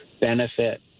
benefit